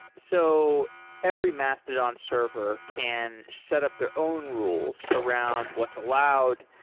so every mastodon server can set up their own rules around what's allowed.